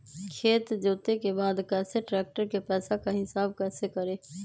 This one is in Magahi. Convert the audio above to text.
खेत जोते के बाद कैसे ट्रैक्टर के पैसा का हिसाब कैसे करें?